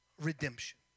redemption